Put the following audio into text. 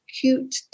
cute